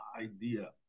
idea